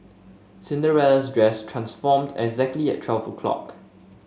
Cinderella's dress transformed exactly at twelve o'clock